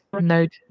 note